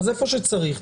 היכן שצריך,